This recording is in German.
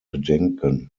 bedenken